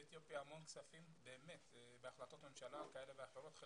אתיופיה המון כספים בהחלטות ממשלה כאלה ואחרות אבל